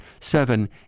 seven